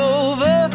over